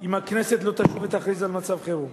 אם הכנסת לא תשוב ותכריז על מצב חירום.